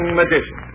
magician